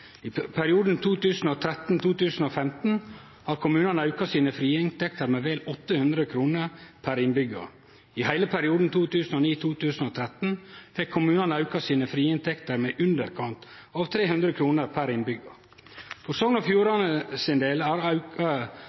I perioden 2013–2015 auka kommunane sine frie inntekter med vel 800 kr per innbyggjar. I heile perioden 2009–2013 fekk kommunane auka sine frie inntekter med i underkant av 300 kr per innbyggjar. For Sogn og Fjordanes del auka